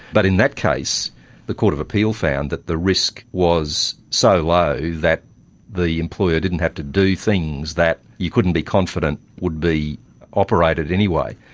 but in that case the court of appeal found that the risk was so low that the employer didn't have to do things that you couldn't be confident would be operated anyway,